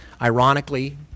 Ironically